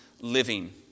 living